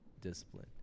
discipline